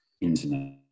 internet